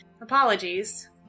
Apologies